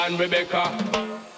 Rebecca